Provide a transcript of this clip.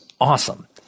Awesome